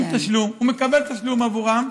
עם תשלום, הוא מקבל תשלום עבורן.